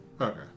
Okay